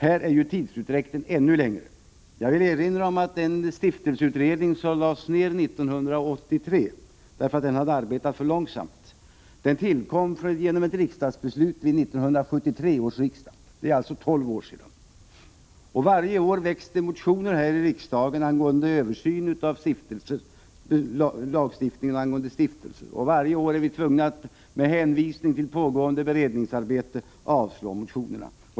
I detta ärende är tidsutdräkten ännu 5 5 Jag vill erinra om att den stiftelseutredning som lades ned 1983 därför att den hade arbetat för långsamt tillkom genom ett riksdagsbeslut vid 1973 års riksdag. Det är alltså 12 år sedan. Varje år väcks motioner här i riksdagen beträffande översyn av lagstiftningen angående stiftelser, och varje år är vi tvungna att med hänvisning till pågående beredningsarbete avslå motionerna.